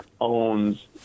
owns